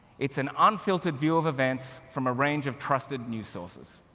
it's an unfiltered view of events from a range of trusted news sources.